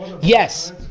Yes